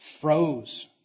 froze